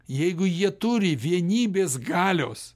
jeigu jie turi vienybės galios